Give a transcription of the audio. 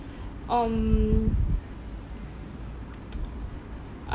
um